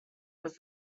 was